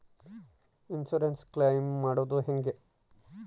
Insurance claim ಮಾಡದು ಹೆಂಗೆ?